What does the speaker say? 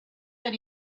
that